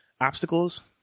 obstacles